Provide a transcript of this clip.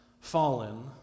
fallen